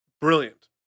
brilliant